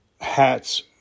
hats